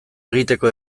egiteko